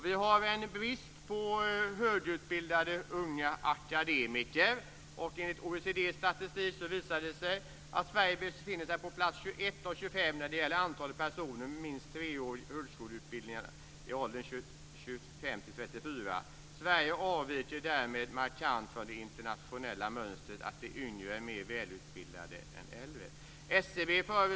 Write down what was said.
Vi har en brist på högutbildade unga akademiker, och enligt OECD:s statistik visar det sig att Sverige befinner sig på plats 21 av 25 när det gäller antalet personer med minst treårig högskoleutbildning i åldern 25-34 år. Sverige avviker därmed markant från det internationella mönstret att yngre är mer välutbildade än äldre.